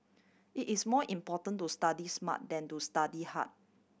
it is more important to study smart than to study hard